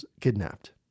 kidnapped